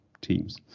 teams